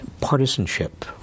partisanship